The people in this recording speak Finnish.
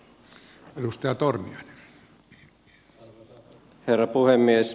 arvoisa herra puhemies